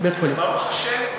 ברוך השם,